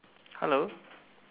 hello